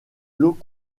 l’eau